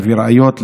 להביא ראיות,